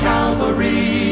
Calvary